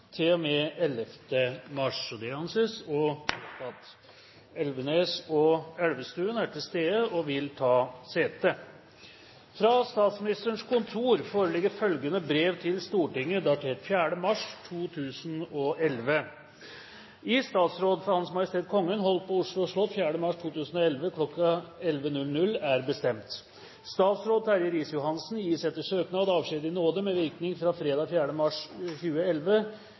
og med 9. mars til og med 11. mars. Hårek Elvenes og Ola Elvestuen er til stede og vil ta sete. Fra statsministerens kontor foreligger følgende brev til Stortinget, datert 4. mars 2011: «I statsråd for H.M. Kongen holdt på Oslo slott 4. mars 2011 kl. 1100 er bestemt: Statsråd Terje Riis-Johansen gis etter søknad avskjed i nåde med virkning fra fredag 4. mars 2011